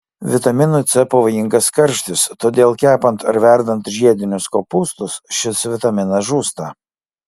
vitaminui c pavojingas karštis todėl kepant ar verdant žiedinius kopūstus šis vitaminas žūsta